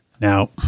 Now